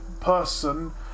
person